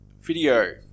video